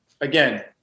again